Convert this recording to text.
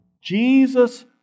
Jesus